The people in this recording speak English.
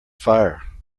fire